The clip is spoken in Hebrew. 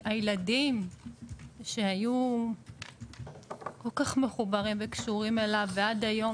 הילדים שהיו כל-כך מחוברים וקשורים אליו ועד היום